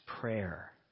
prayer